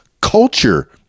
Culture